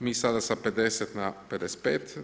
mi sada sa 50 na 55.